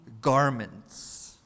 garments